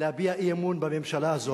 להביע אי-אמון בממשלה.